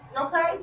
okay